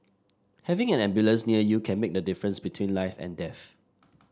having an ambulance near you can make the difference between life and death